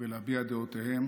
ולהביע את דעותיהם